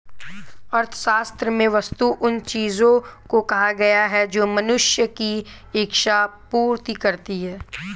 अर्थशास्त्र में वस्तु उन चीजों को कहा गया है जो मनुष्य की इक्षा पूर्ति करती हैं